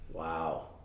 Wow